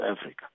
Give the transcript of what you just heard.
Africa